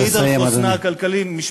עוד מעיד על חוסנה הכלכלי, נא לסיים, אדוני.